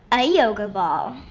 a yoga ball.